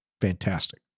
Fantastic